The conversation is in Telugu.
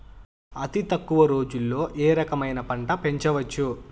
అతి తక్కువ రోజుల్లో ఏ రకమైన పంట పెంచవచ్చు?